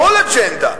כל אג'נדה,